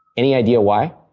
any idea why?